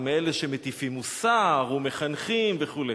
הם אלה שמטיפים מוסר ומחנכים וכו'.